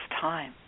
time